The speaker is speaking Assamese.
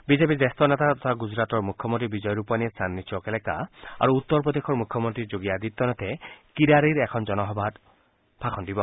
বিজেপিৰ জ্যেষ্ঠ নেতা তথা গুজৰাটৰ মুখ্যমল্লী বিজয় ৰূপাণীয়ে চান্দনী টৌক এলেকা আৰু উত্তৰ প্ৰদেশৰ মুখ্যমন্ত্ৰী যোগী আদিত্যনাথে কিৰাৰিৰ এখন ৰাজহুৱা সভাত ভাষণ দিব